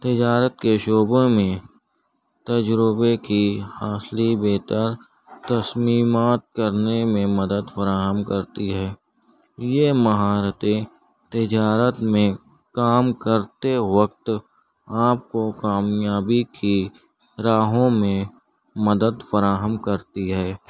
تجارت کے شعبوں میں تجربے کی اصلی بہتر تصمیمات کرنے میں مدد فراہم کرتی ہے یہ مہارتیں تجارت میں کام کرتے وقت آپ کو کامیابی کی راہوں میں مدد فراہم کرتی ہے